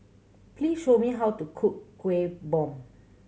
please tell me how to cook Kueh Bom